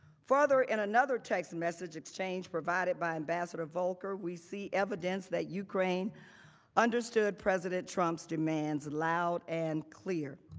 further, in another text message exchange provided by ambassador volker, we see evidence that ukraine understood president trump's demands loud and clear.